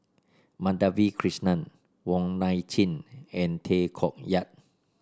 Madhavi Krishnan Wong Nai Chin and Tay Koh Yat